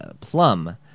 Plum